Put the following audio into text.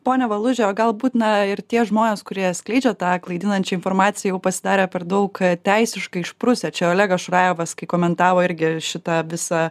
ponia valuže o galbūt na ir tie žmonės kurie skleidžia tą klaidinančią informaciją jau pasidarė per daug teisiškai išprusę čia olegas šurajevas kai komentavo irgi šitą visą